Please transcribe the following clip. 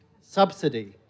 subsidy